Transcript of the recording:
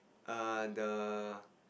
err the